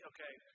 Okay